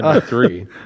three